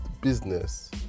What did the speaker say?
business